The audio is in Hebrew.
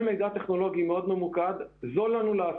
מידע טכנולוגי מאוד ממוקד זה זול עבורנו.